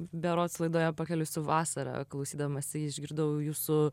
berods laidoje pakeliui su vasara klausydamasi išgirdau jūsų